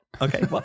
Okay